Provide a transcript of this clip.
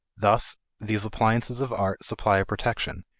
thus these appliances of art supply a protection,